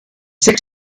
sechs